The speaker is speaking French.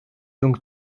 donc